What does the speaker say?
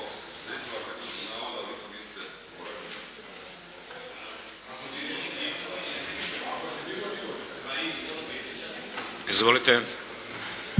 Izvolite.